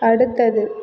அடுத்தது